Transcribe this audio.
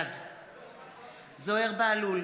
בעד זוהיר בהלול,